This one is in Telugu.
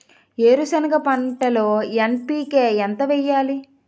ఎకర సెనగ పంటలో ఎన్.పి.కె ఎంత వేయాలి?